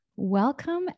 Welcome